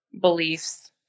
beliefs